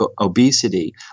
obesity